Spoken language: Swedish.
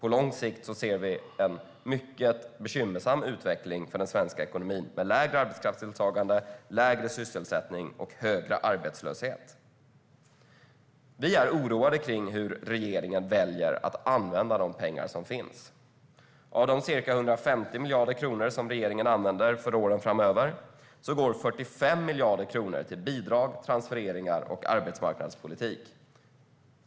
På lång sikt ser vi en mycket bekymmersam utveckling för den svenska ekonomin med lägre arbetskraftsdeltagande, lägre sysselsättning och högre arbetslöshet. Vi är oroade för hur regeringen väljer att använda de pengar som finns. Av de ca 150 miljarder kronor som regeringen kommer att använda under åren framöver går 45 miljarder kronor till bidrag, transfereringar och arbetsmarknadspolitik.